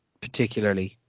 particularly